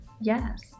Yes